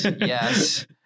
yes